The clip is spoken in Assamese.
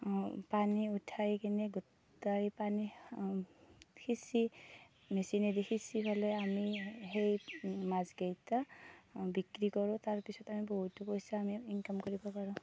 পানী উঠাই কিনি গোটেই পানী সিঁচি মেচিনেদি সিঁচি পেলাই আমি সেই মাছকেইটা বিক্ৰী কৰোঁ তাৰপিছত আমি বহুতো পইচা আমি ইনকম কৰিব পাৰোঁ